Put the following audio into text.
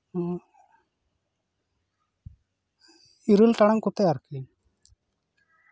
ᱤᱨᱟᱹᱞ ᱴᱟᱲᱟᱝ ᱠᱚᱛᱮ ᱟᱨᱠᱤ